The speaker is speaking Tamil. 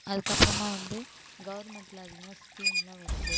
அதுக்கப்புறமா வந்து கவர்மெண்டில் அதிகமாக ஸ்கீம்லாம் வருது